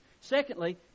Secondly